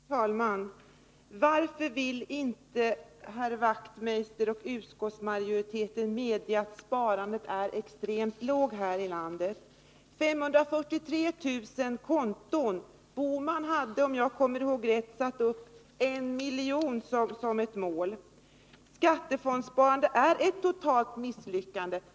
Herr talman! Varför vill herr Wachtmeister och utskottsmajoriteten inte medge att sparandet är extremt lågt här i landet? Det finns 543 000 konton inom skattefondssparandet. Herr Bohman hade, om jag minns rätt, satt upp 1 miljon konton som ett mål. Skattefondssparandet är ett totalt misslyckande.